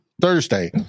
Thursday